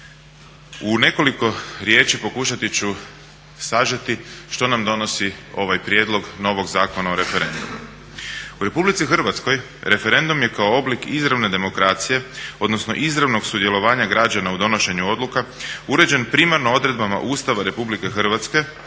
U nekoliko riječi pokušati ću sažeti što nam donosi ovaj prijedlog novog Zakona o referendumu. U Republici Hrvatskoj referendum je kao oblik izravne demokracije, odnosno izravnog sudjelovanja građana u donošenju odluka uređen primarno odredbama Ustava RH, nadalje